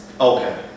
Okay